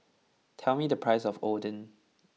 tell me the price of Oden